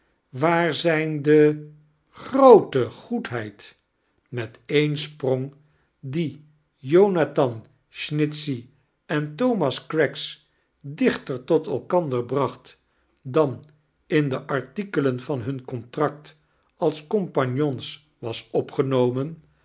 waar zijn de giroote goedheid met een sprong die jonathan snitchey en thomas craggs dichiter tot elkandear bracht dan in de artikelen van hun contract als compagnons was opgenomen